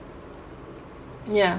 ya